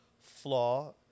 flaw